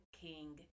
King